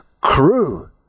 crew